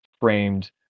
framed